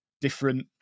different